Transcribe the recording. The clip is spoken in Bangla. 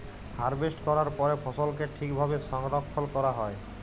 হারভেস্ট ক্যরার পরে ফসলকে ঠিক ভাবে সংরক্ষল ক্যরা হ্যয়